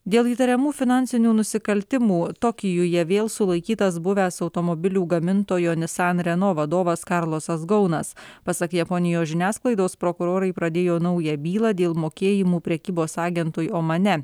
dėl įtariamų finansinių nusikaltimų tokijuje vėl sulaikytas buvęs automobilių gamintojo nissan renault vadovas karlosas gaunas pasak japonijos žiniasklaidos prokurorai pradėjo naują bylą dėl mokėjimų prekybos agentui omane